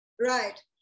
Right